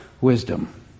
wisdom